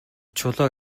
чулууг